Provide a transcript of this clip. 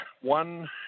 one